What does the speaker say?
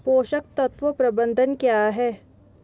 पोषक तत्व प्रबंधन क्या है?